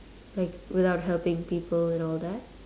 like without helping people and all that